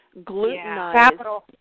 glutenized